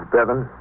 Bevan